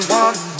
one